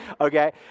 Okay